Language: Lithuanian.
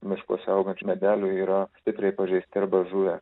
miškuose augančių medelių yra stipriai pažeisti arba žuvę